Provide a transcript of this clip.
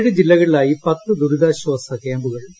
ഏഴ് ജില്ലകളിലായി പത്ത് ദുരിതാശ്വാസ ക്യാമ്പു കൾ തുറന്നു